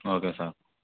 okay sir